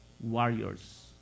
warriors